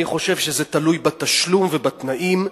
אני חושב שזה תלוי בתשלום ובתנאים,